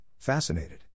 Fascinated